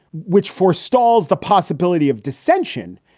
which forestalls the possibility of dissension,